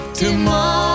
tomorrow